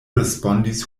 respondis